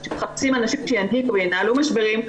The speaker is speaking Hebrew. אז כשמחפשים אנשים שינהיגו וינהלו משברים,